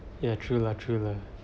ya true lah true lah